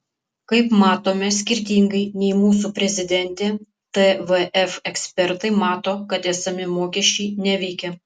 kaip matome skirtingai nei mūsų prezidentė tvf ekspertai mato kad esami mokesčiai neveikia